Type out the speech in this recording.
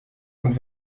und